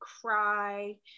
cry